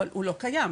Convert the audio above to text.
אבל הוא לא קיים.